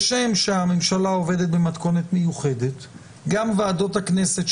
אבל כאשר הוא מגיע כאן לוועדות הכנסת,